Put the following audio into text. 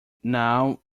now